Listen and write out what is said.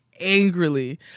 Angrily